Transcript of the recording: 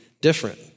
different